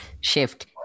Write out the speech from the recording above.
shift